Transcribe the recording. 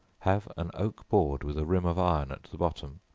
have an oak board with a rim of iron at the bottom,